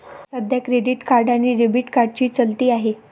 सध्या credit card आणि debit कार्डची चलती आहे